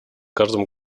каждым